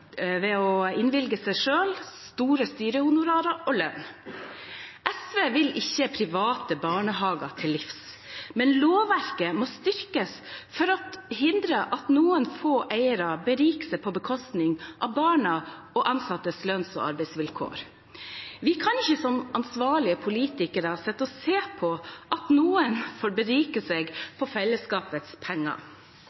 innvilge seg selv store styrehonorarer og høy lønn. SV vil ikke private barnehager til livs, men lovverket må styrkes for å hindre at noen få eiere beriker seg på bekostning av barna og ansattes lønns- og arbeidsvilkår. Vi kan ikke som ansvarlige politikere sitte og se på at noen får berike seg